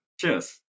Cheers